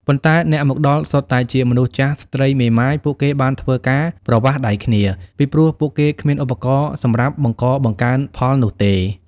ប៉ុន្តែអ្នកមកដល់សុទ្ធតែជាមនុស្សចាស់ ស្ត្រីមេម៉ាយ ពួកគេបានធ្វើការ ប្រវាស់ដៃគ្នា ពីព្រោះពួកគេគ្មានឧបករណ៏សំរាប់បង្ករបង្កើនផលនោះទេ ។